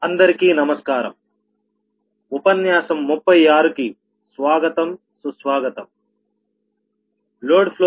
తదుపరిది fast decoupled load flow